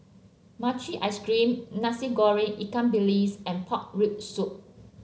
Mochi Ice Cream Nasi Goreng Ikan Bilis and Pork Rib Soup